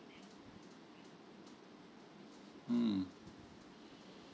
mm